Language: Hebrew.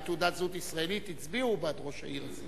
תעודת זהות ישראלית הצביעו בעד ראש העיר,